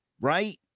right